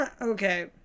Okay